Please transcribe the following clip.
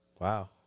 Wow